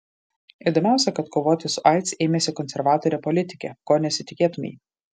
įdomiausia kad kovoti su aids ėmėsi konservatorė politikė ko nesitikėtumei